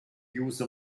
use